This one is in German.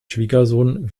schwiegersohn